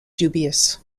dubious